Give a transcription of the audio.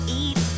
eat